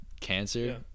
cancer